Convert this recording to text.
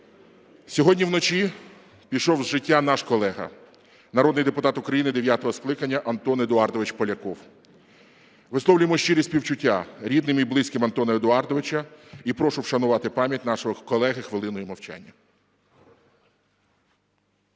сьогодні вночі пішов з життя наш колега народний депутат України дев'ятого скликання Антон Едуардович Поляков. Висловлюємо щирі співчуття рідним і близьким Антона Едуардовича. І прошу вшанувати пам'ять нашого колеги хвилиною мовчання.